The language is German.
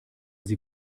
sie